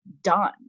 done